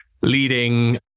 leading